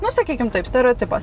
nu sakykim taip stereotipas